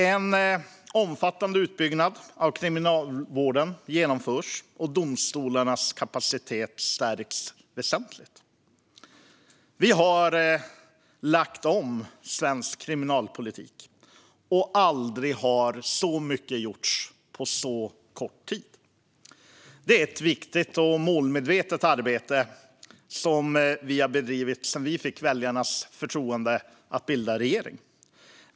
En omfattande utbyggnad av kriminalvården genomförs, och domstolarnas kapacitet stärks väsentligt. Vi har lagt om svensk kriminalpolitik. Aldrig har så mycket gjorts på så kort tid. Det är ett viktigt och målmedvetet arbete som vi har bedrivit sedan vi fick väljarnas förtroende att bilda regering.